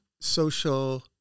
social